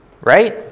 Right